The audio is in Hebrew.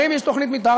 אם יש תוכנית מתאר,